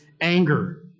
anger